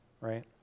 right